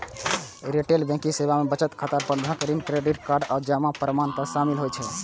retail banking सेवा मे बचत खाता, बंधक, ऋण, क्रेडिट कार्ड आ जमा प्रमाणपत्र शामिल होइ छै